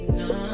no